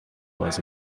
was